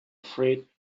freight